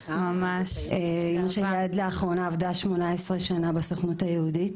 אמא שלי עד לאחרונה עבדה כ-18 שנים בסוכנות היהודית,